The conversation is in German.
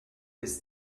bis